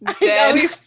dead